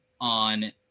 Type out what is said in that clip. on